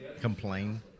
Complain